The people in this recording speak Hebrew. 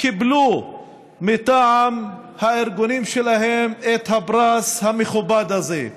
קיבלו מטעם הארגונים שלהם את הפרס המכובד הזה.